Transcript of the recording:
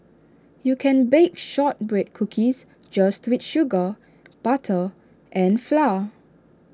you can bake Shortbread Cookies just with sugar butter and flour